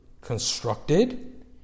constructed